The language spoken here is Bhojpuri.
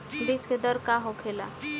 बीज के दर का होखेला?